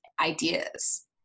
ideas